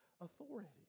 authority